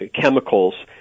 chemicals